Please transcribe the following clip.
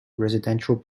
residential